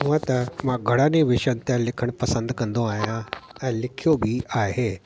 हूअं त मां घणनि ई विषयनि ते लिखणु पसंदि कंदो आहियां ऐं लिखियो बि आहे पर